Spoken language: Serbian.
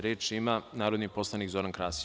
Reč ima narodni poslanik Zoran Krasić.